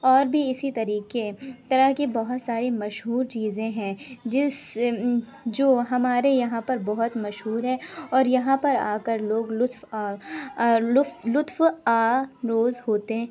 اور بھی اسی طریقے طرح کے بہت ساری مشہور چیزیں ہیں جس جو ہمارے یہاں پر بہت مشہور ہے اور یہاں پر آ کر لوگ لطف آ لطف اندوز ہوتے ہیں